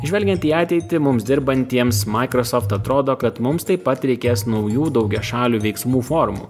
žvelgiant į ateitį mums dirbantiems microsoft atrodo kad mums taip pat reikės naujų daugiašalių veiksmų formų